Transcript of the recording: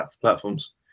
platforms